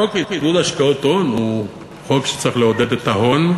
חוק עידוד השקעות הון הוא חוק שצריך לעודד את ההון,